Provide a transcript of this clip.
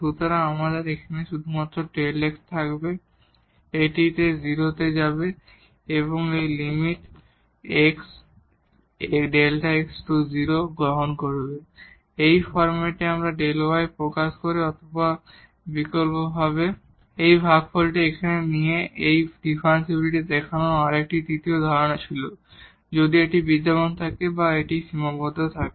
সুতরাং আমাদের শুধুমাত্র Δ x থাকবে এটি 0 এ যাবে এবং এই lim Δ x→0 গ্রহণ করবে এই ফরম্যাটে এই Δ y প্রকাশ করে অথবা বিকল্পভাবে এই ভাগফলটি এখানে নিয়ে এই ডিফারেনশিবিলিটি দেখানোর আরেকটি তৃতীয় ধারণা ছিল এবং যদি এটি বিদ্যমান থাকে বা এটি সীমাবদ্ধ থাকে